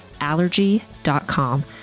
Allergy.com